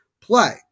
play